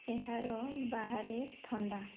ଏହାର ବାହାରେ ଥଣ୍ଡା